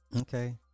Okay